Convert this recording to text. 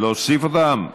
להוסיף אותם?